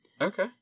Okay